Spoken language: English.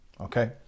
Okay